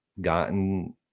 gotten